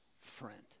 friend